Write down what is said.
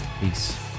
peace